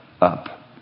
up